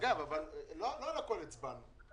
אגב, לא על הכול הצבענו.